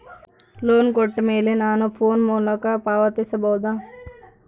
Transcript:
Loan ಕೊಟ್ಟ ಮೇಲೆ ನಾನು ಫೋನ್ ಮೂಲಕ ಪಾವತಿಸಬಹುದಾ?